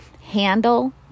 handle